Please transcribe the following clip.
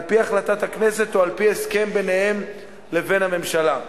על-פי החלטת הכנסת או על-פי הסכם ביניהם ובין הממשלה.